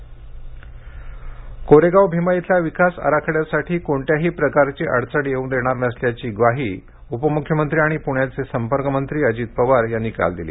कोरेगाव भीमा कोरेगाव भीमा इथल्या विकास आराखड्यासाठी कोणत्याही प्रकारची अडचण येऊ देणार नसल्याची ग्वाही उपमुख्यमंत्री आणि पुण्याचे संपर्कमंत्री अजित पवार यांनी काल दिली